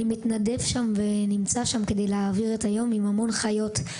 אני מתנדב שם כדי להעביר את היום עם המון חיות.